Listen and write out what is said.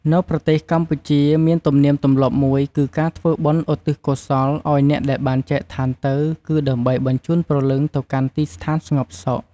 នៅប្រទេសកម្ពុជាមានទនៀមទម្លាប់មួយគឺ ការធ្វើបុណ្យឧទិសកុសលឲ្យអ្នកដែលបានចែកឋានទៅគឺដើម្បីបញ្ជូនព្រលឹងទៅកាន់ទីស្ថានស្ងប់សុខ។